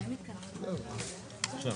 הישיבה ננעלה בשעה 14:03.